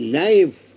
life